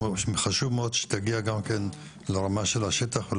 חשוב מאוד שתגיע לרמה של השטח.